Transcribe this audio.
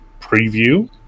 preview